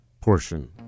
portion